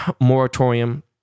moratorium